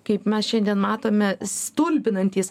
kaip mes šiandien matome stulbinantys